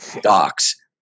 docs